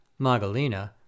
Magalina